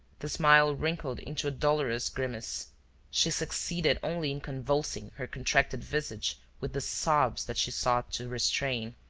the smile wrinkled into a dolorous grimace she succeeded only in convulsing her contracted visage with the sobs that she sought to restrain.